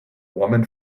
woman